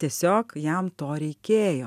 tiesiog jam to reikėjo